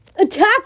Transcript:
Attack